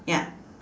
ya